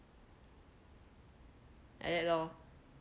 like that lor